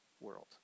world